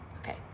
Okay